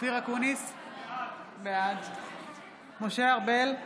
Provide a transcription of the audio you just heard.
אופיר אקוניס, בעד משה ארבל,